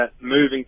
moving